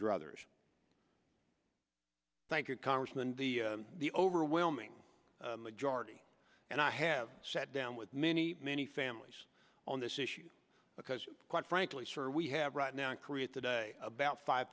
druthers thank you congressman the the overwhelming majority and i have sat down with many many families on this issue because quite frankly sir we have right now create today about five